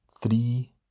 Three